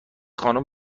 خانوم